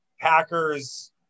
packers